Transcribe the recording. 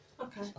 Okay